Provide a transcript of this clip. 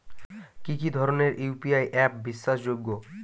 কি কি ধরনের ইউ.পি.আই অ্যাপ বিশ্বাসযোগ্য?